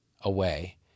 away